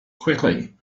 quickly